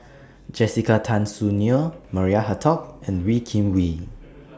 Jessica Tan Soon Neo Maria Hertogh and Wee Kim Wee